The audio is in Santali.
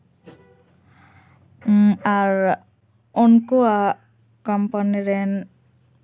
ᱩᱸᱻ ᱟᱨ ᱩᱱᱠᱩᱣᱟᱜ ᱠᱳᱢᱯᱟᱱᱤ ᱨᱮᱱ